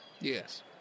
Yes